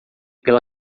pela